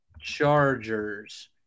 Chargers